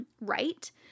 right